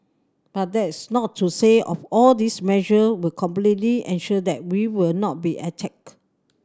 but that's not to say of all these measure will completely ensure that we will not be attacked